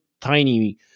tiny